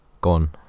Gone